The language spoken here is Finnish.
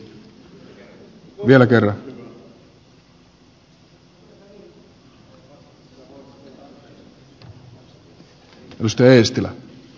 edustaja eestilä